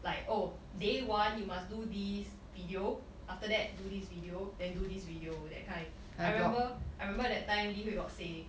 like oh day one you must do this video after that do this video then do this video that kind I remember I remember that time Li Hui got say